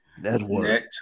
network